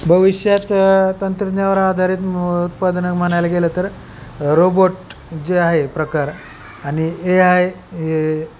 भविष्यात तंत्रज्ञावर आधारित उत्पादनं म्हणायला गेलं तर रोबोट जे आहे प्रकार आणि ए आय हे